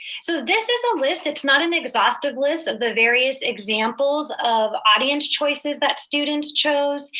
so this is a list, it's not an exhaustive list, of the various examples of audience choices that students chose.